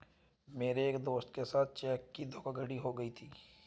मेरे एक दोस्त के साथ चेक की धोखाधड़ी हो गयी थी